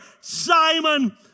Simon